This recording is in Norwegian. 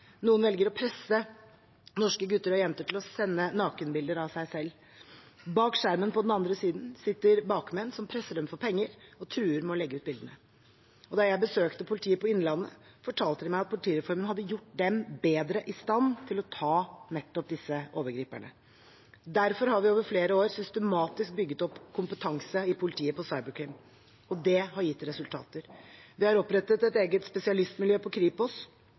Noen velger å presse norske gutter og jenter til å sende nakenbilder av seg selv. Bak skjermen på den andre siden sitter bakmenn som presser dem for penger og truer med å legge ut bildene. Da jeg besøkte politiet i Innlandet, fortalte de meg at politireformen hadde gjort dem bedre i stand til å ta nettopp disse overgriperne. Derfor har vi over flere år systematisk bygget opp politiets kompetanse på cyberkrim. Det har gitt resultater. Vi har opprettet et eget spesialistmiljø på Kripos